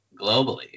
globally